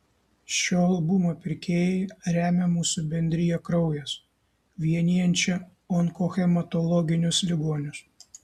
šio albumo pirkėjai remia mūsų bendriją kraujas vienijančią onkohematologinius ligonius